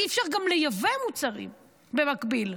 אי-אפשר גם לייבא מוצרים במקביל.